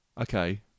okay